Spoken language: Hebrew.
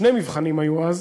שני מבחנים היו אז,